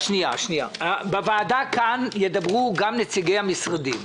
בוועדה כאן ידברו גם נציגי המשרדים.